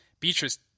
Beatrice